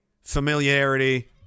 familiarity